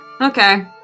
Okay